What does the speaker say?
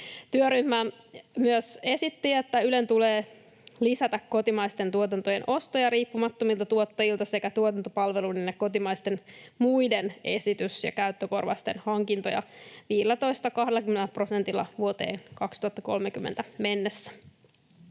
Työryhmä myös esitti, että Ylen tulee lisätä kotimaisten tuotantojen ostoja riippumattomilta tuottajilta sekä tuotantopalveluiden ja kotimaisten muiden esitys- ja käyttökorvausten hankintoja 15—20 prosentilla vuoteen 2030 mennessä.